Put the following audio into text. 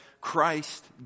Christ